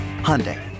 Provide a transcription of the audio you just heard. Hyundai